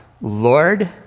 Lord